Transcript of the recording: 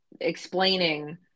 explaining